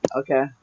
okay